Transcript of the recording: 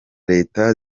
leta